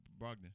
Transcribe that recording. Brogdon